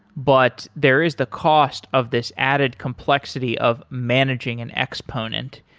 but there is the cost of this added complexity of managing an exponent.